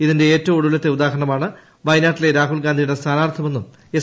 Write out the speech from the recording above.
ഇതിന്റെ ഏറ്റവും ഒടുവിലത്തെ ഉദാഹരണമാണ് വയനാട്ടിലെ രാഹുൽഗാന്ധിയുടെ സ്ഥാനാർത്ഥിത്വമെന്നും എസ്